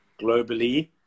globally